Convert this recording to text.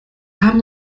haben